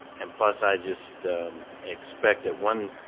and plus i just expect that one